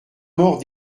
maur